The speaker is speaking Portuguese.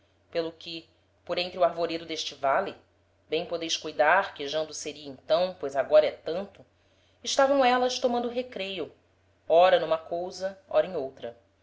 pelo que por entre o arvoredo d'este vale bem podeis cuidar quejando seria então pois agora é tanto estavam élas tomando recreio ora n'uma cousa ora em outra